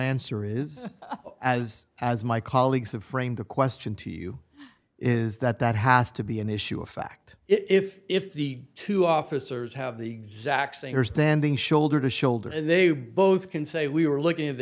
answer is as as my colleagues have framed the question to you is that that has to be an issue of fact if if the two officers have the exact same standing shoulder to shoulder and they both can say we were looking at the